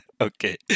Okay